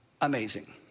amazing